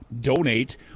donate